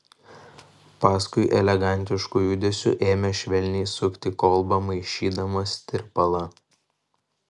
paskui elegantišku judesiu ėmė švelniai sukti kolbą maišydamas tirpalą